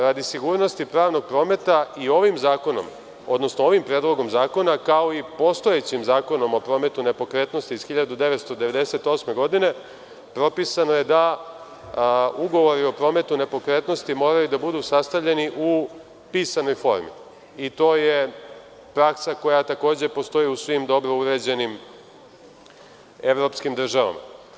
Radi sigurnosti pravnog prometa i ovim zakonom, odnosno ovim predlogom zakona kao i postojećem Zakonu o prometu nepokretnosti iz 1998. godine, propisano je da ugovori o prometu nepokretnosti moraju da budu sastavljeni u pisanoj formi i to je praksa koja takođe postoji u svim dobro uređenim evropskim državama.